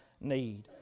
need